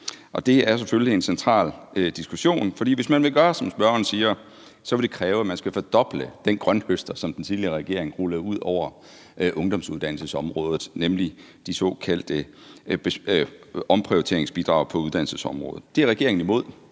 og det er selvfølgelig en central diskussion, for hvis man vil gøre, som spørgeren siger, vil det kræve, at man skal fordoble den grønthøster, som den tidligere regering rullede ud over ungdomsuddannelsesområdet, nemlig de såkaldte omprioriteringsbidrag på uddannelsesområdet. Det er regeringen imod,